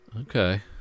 Okay